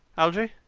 algy?